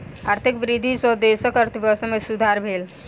आर्थिक वृद्धि सॅ देशक अर्थव्यवस्था में सुधार भेल